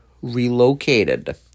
Relocated